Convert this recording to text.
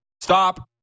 Stop